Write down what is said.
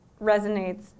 resonates